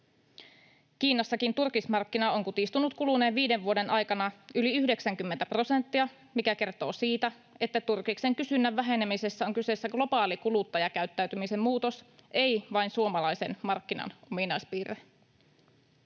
Kiinassakin turkismarkkina on kutistunut kuluneen viiden vuoden aikana yli 90 prosenttia, mikä kertoo siitä, että turkiksen kysynnän vähenemisessä on kyseessä globaali kuluttajakäyttäytymisen muutos, ei vain suomalaisen markkinan ominaispiirre.